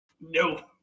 No